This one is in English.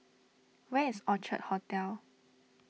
where is Orchard Hotel